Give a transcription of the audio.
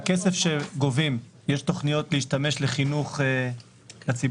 מהכסף שגובים יש תוכניות להשתמש לחינוך הציבור?